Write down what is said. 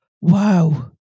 wow